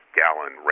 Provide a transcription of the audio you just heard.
gallon